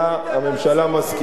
הממשלה מסכימה.